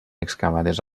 excavades